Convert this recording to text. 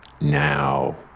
Now